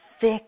thick